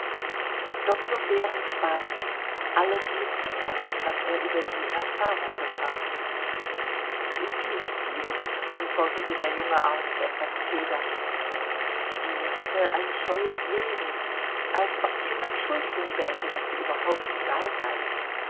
doktor behrend hat ihn alles mitzuteilen was er über sie in erfahrung gebracht es ist nicht viel antwortete der junge arzt etwas zögernd sie hatte ein scheues wesen als ob sie um entschuldigung bäte daß sie überhaupt da sei